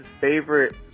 favorite